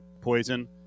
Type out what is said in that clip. poison